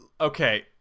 Okay